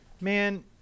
Man